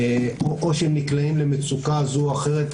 או שהם נקלעים למצוקה זו או אחרת.